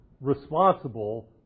responsible